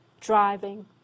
driving